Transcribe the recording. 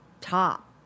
top